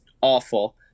awful